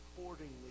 accordingly